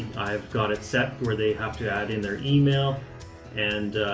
i've got it set where they have to add in their email and